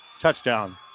touchdown